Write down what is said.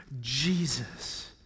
Jesus